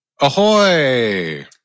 Ahoy